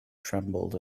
trembled